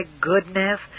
goodness